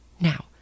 Now